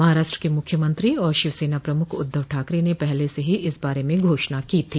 महाराष्ट्र के मुख्यमंत्री और शिवसेना प्रमुख उद्घव ठाकरे ने पहले हो इस बारे में घोषणा की थी